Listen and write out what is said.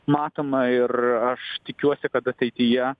matoma ir aš tikiuosi kad ateityje